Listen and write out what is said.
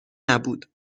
نبود